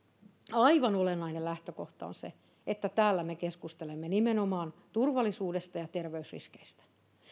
aivan olennainen lähtökohta on se että täällä me keskustelemme nimenomaan turvallisuudesta ja terveysriskeistä